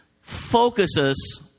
Focuses